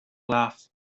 laugh